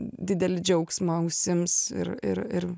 didelį džiaugsmą ausims ir ir ir